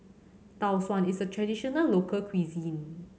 Tau Suan is a traditional local cuisine